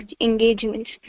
engagements